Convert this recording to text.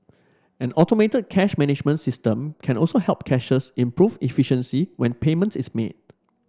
an automated cash management system can also help cashiers improve efficiency when payment is made